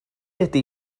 ydy